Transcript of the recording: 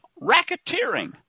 Racketeering